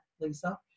Lisa